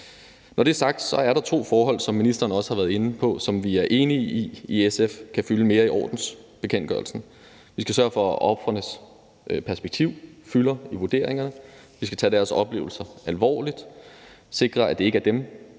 Når det er sagt, er der to forhold, som ministeren også har været ind på, og som vi er enige i i SF kan fylde mere i ordensbekendtgørelsen. Vi skal sørge for, at ofrenes perspektiv fylder i vurderingerne. Vi skal tage deres oplevelser alvorligt og sikre, at det ikke er dem,